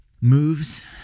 moves